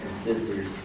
sisters